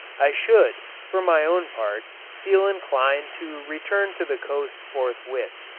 i should, for my own part, feel inclined to return to the coast forthwith.